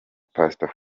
pastor